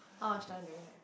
how much time do you have